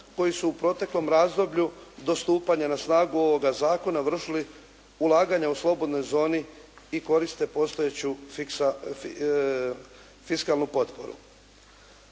koji su u proteklom razdoblju do stupanja na snagu ovoga zakona vršili ulaganja u slobodnoj zoni i koriste postojeću fiskalnu potporu.